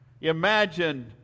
imagine